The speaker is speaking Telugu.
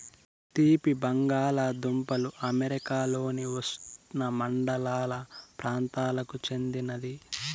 తీపి బంగాలదుంపలు అమెరికాలోని ఉష్ణమండల ప్రాంతాలకు చెందినది